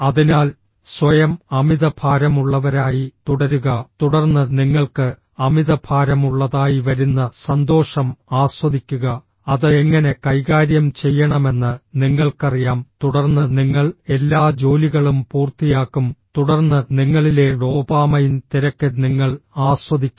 അതിനാൽ സ്വയം അമിതഭാരമുള്ളവരായി തുടരുക തുടർന്ന് നിങ്ങൾക്ക് അമിതഭാരമുള്ളതായി വരുന്ന സന്തോഷം ആസ്വദിക്കുക അത് എങ്ങനെ കൈകാര്യം ചെയ്യണമെന്ന് നിങ്ങൾക്കറിയാം തുടർന്ന് നിങ്ങൾ എല്ലാ ജോലികളും പൂർത്തിയാക്കും തുടർന്ന് നിങ്ങളിലെ ഡോപാമൈൻ തിരക്ക് നിങ്ങൾ ആസ്വദിക്കും